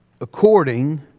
according